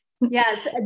Yes